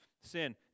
sin